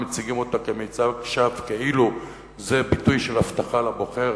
מציגים אותה כמצג שווא כאילו זה ביטוי של הבטחה לבוחר.